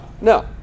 No